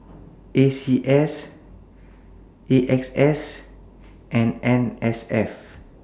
N C S A X S and N S F